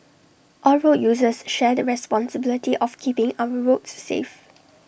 all road users share the responsibility of keeping our roads safe